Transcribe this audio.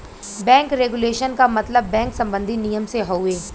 bank regulation क मतलब bank सम्बन्धी नियम से हउवे